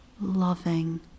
loving